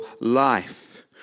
life